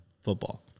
football